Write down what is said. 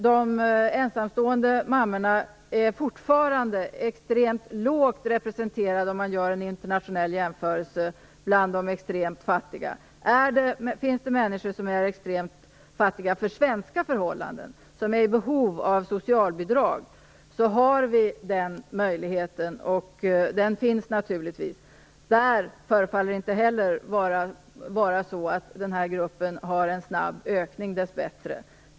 De ensamstående mammorna är fortfarande extremt lågt representerade bland de extremt fattiga om man gör en internationell jämförelse. Om det finns människor som är extremt fattiga efter svenska förhållanden och som är i behov av socialbidrag, har vi den möjligiheten. Den finns naturligtvis. Det förefaller dess bättre inte heller vara så att den här gruppen ökar snabbt.